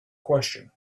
question